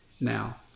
Now